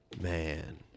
Man